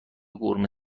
قورمه